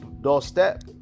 doorstep